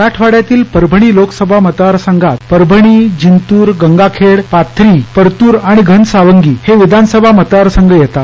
मराठवाड्यातील परभणी मतदार संघात परभणी जिंतूर गंगाखेड पाथरी परतूर आणि घनसावंगी हे विधान सभा मतदार संघ येतात